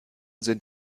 sind